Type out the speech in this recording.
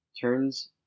turns